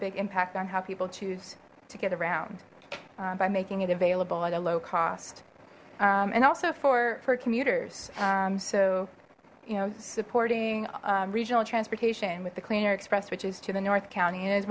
big impact on how people choose to get around by making it available at a low cost and also for for commuters so you know supporting regional transportation with the clean air express which is to the north county and as